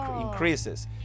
increases